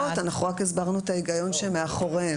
אנחנו רק הסברנו את ההיגיון שמאחוריהם.